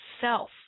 self